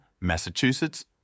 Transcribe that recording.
Massachusetts